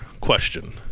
question